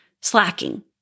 Slacking